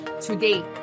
today